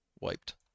wiped